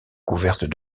couvertes